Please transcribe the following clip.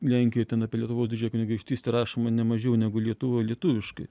lenkijoj ten apie lietuvos didžiąją kunigaikštystę rašoma ne mažiau negu lietuvio lietuviškai